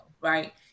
Right